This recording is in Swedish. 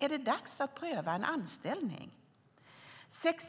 är dags att pröva en anställning.